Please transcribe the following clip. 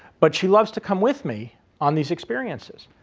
but she loves to come with me on these experiences.